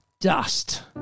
Dust